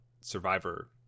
survivor